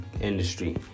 industry